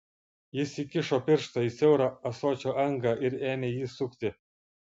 jis įkišo pirštą į siaurą ąsočio angą ir ėmė jį sukti